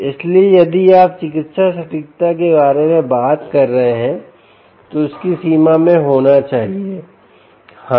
इसलिए यदि आप चिकित्सा सटीकता के बारे में बात कर रहे हैं तो इसकी सीमा में होना चाहिए हाँ